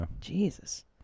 Jesus